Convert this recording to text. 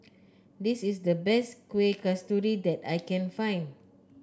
this is the best Kueh Kasturi that I can find